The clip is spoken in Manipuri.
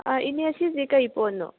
ꯏꯅꯦ ꯁꯤꯁꯦ ꯀꯩ ꯄꯣꯠꯅꯣ